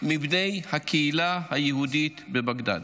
מבני הקהילה היהודית בבגדאד.